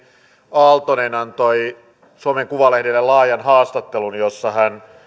aaltonen antoi suomen kuvalehdelle laajan haastattelun jossa hän